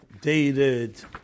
dated